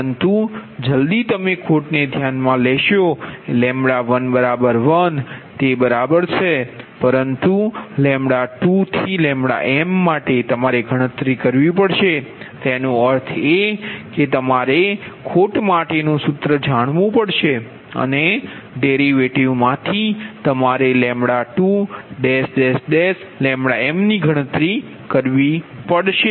પરંતુ જલદી તમે ખોટને ધ્યાનમાં લો L11તે બરાબર છે પરંતુ L2Lm માટે તમારે ગણતરી કરવી પડશે તેનો અર્થ એ કે તમારે ખોટ માટેનુ સૂત્ર જાણવું પડશે અને ડેરિવેટિવ માંથી તમારે L2Lm ગણતરી કરવી પડશે